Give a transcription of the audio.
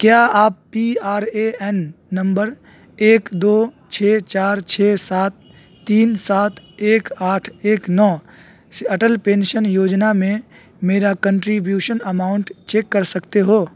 کیا آپ P R A N number ایک دو چھ چار چھ سات تین سات ایک آٹھ ایک نو سے اٹل پینشن یوجنا میں میرا کنٹریبیوشن اماؤنٹ چیک کر سکتے ہو